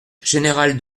général